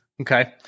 Okay